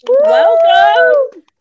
Welcome